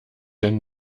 denn